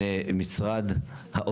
אנחנו נשארים במסגרת,